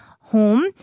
home